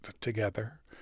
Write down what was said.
together